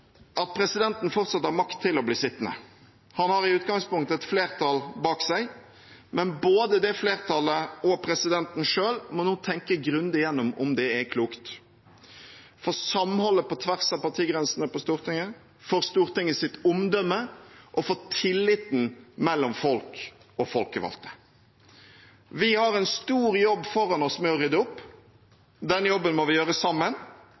at presidenten fortsatt har makt til å bli sittende. Han har i utgangspunktet et flertall bak seg. Men både det flertallet og presidenten selv må nå tenke grundig gjennom om det er klokt – for samholdet på tvers av partigrensene på Stortinget, for Stortingets omdømme og for tilliten mellom folk og folkevalgte. Vi har en stor jobb foran oss med å rydde opp. Den jobben må vi gjøre sammen.